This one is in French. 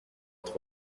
être